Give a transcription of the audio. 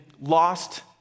lost